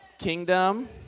kingdom